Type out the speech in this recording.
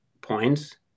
points